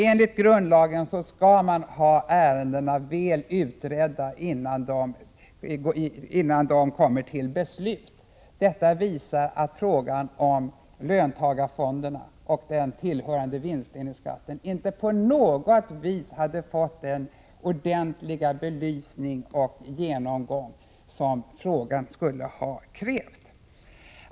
Enligt grundlagen skall ärendena vara väl utredda innan de kommer till beslut. Detta visar att frågan om löntagarfonderna och den tillhörande vinstdelningsskatten inte på något vis hade fått den ordentliga belysning och genomgång som frågan skulle ha krävt.